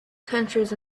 countries